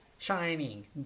Shining